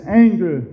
anger